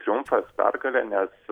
triumfas pergalė nes